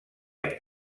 amb